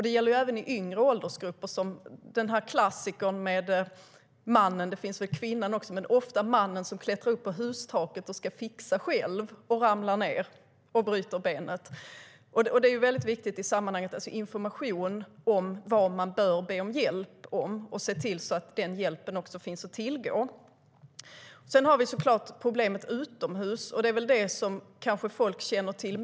Det gäller även i yngre åldersgrupper, som i den här klassikern med mannen - det finns väl kvinnor också, men oftast är det en man - som klättrar upp på hustaket för att "fixa själv" men ramlar ned och bryter benet. Det är väldigt viktigt i sammanhanget att ge information om vad man bör be om hjälp med och se till att den hjälpen också finns att tillgå. Det som folk kanske känner till bäst är utomhusproblemet med halkolyckorna.